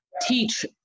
teach